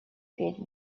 петь